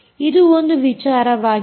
ಇದು ಒಂದು ವಿಚಾರವಾಗಿದೆ